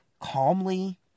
calmly